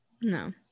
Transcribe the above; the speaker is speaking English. No